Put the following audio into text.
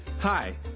Hi